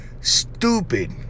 stupid